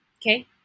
okay